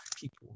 people